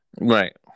Right